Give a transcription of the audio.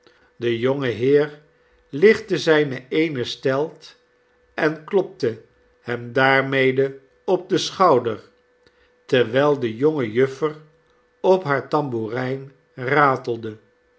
de jonge heer lichtte zijne eene stelt en klopte hem daarmede op den schouder terwijl de jonge juffer op hare tamboerijn ratelde